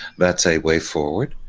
that's a way forward.